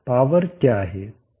power क्या है